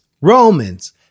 Romans